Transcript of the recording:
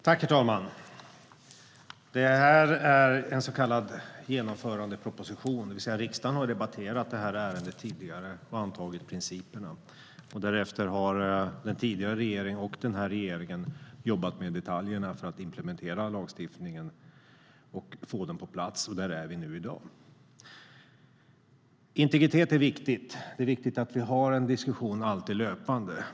Herr talman! Det här är en så kallad genomförandeproposition, det vill säga att riksdagen har debatterat det här ärendet tidigare och antagit principerna. Därefter har den tidigare regeringen och den här regeringen jobbat med detaljerna för att implementera lagstiftningen och få den på plats. Där är vi nu, i dag. Integritet är viktigt. Det är viktigt att vi alltid har en löpande diskussion.